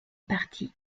parti